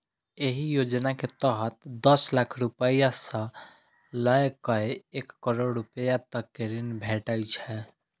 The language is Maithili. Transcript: एहि योजना के तहत दस लाख रुपैया सं लए कए एक करोड़ रुपैया तक के ऋण भेटै छै